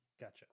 Gotcha